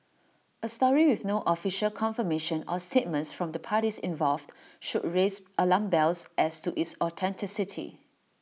A story with no official confirmation or statements from the parties involved should raise alarm bells as to its authenticity